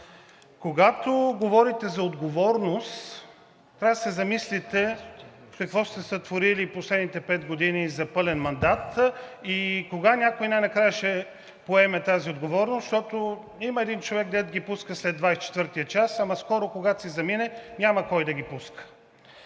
Когато говорите за отговорност, трябва да се замислите какво сте сътворили в последните пет години за пълен мандат и кога някой най-накрая ще поеме тази отговорност, защото има един човек, дето ги пуска след 24-тия час, ама скоро, когато си замине, няма кой да ги пуска.